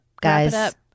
guys